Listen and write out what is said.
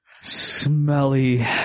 smelly